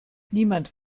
niemand